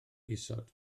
isod